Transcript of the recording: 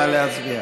נא להצביע.